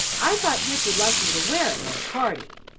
i thought dick would like me to wear it at a party.